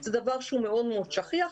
זה דבר שהוא מאוד שכיח,